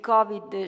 Covid